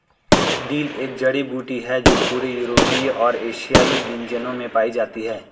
dill एक जड़ी बूटी है जो पूरे यूरोपीय और एशियाई व्यंजनों में पाई जाती है